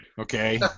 okay